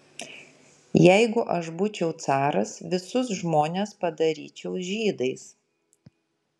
jeigu aš būčiau caras visus žmonės padaryčiau žydais